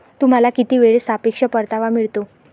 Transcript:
तुम्हाला किती वेळेत सापेक्ष परतावा मिळतो?